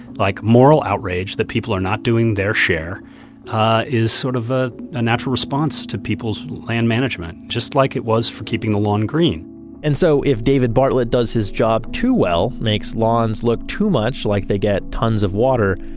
like moral outrage that people are not doing their share is sort of a natural response to people's land management just like it was for keeping the lawn green and so if david bartlett does his job too well, makes lawns look too much like they get tons of water,